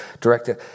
directed